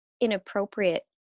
inappropriate